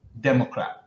democrat